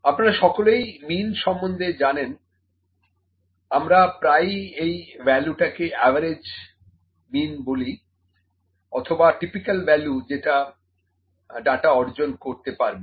আপনারা সকলেই মিন সম্বন্ধে জানেন আমরা প্রায়ই এই ভ্যালুটাকে অ্যাভারেজমিন বলি অথবা টিপিক্যাল ভ্যালু যেটা ডাটা অর্জন করতে পারবে